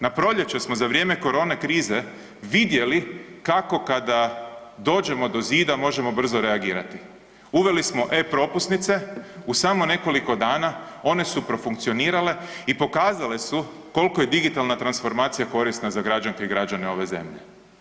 Na proljeće smo za vrijeme korona krize vidjeli kako kada dođemo do zida možemo brzo reagirati, uveli smo e-Propusnice u samo nekoliko dana one su profunkcionirale i pokazale su koliko je digitalna transformacija korisna za građanke i građane ove zemlje.